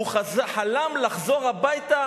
הוא חלם לחזור הביתה